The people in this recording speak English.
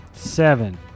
seven